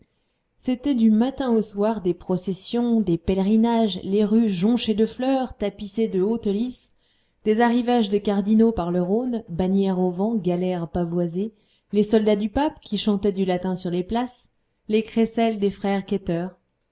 c'étaient du matin au soir des processions des pèlerinages les rues jonchées de fleurs tapissées de hautes lices des arrivages de cardinaux par le rhône bannières au vent galères pavoisées les soldats du pape qui chantaient du latin sur les places les crécelles des frères quêteurs